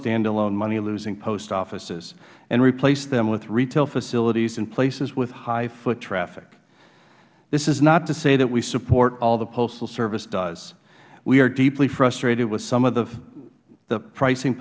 standalone money losing post offices and replace them with retail facilities in place with high foot traffic this is not to say that we support all the postal service does we are deeply frustrated with some of the pricing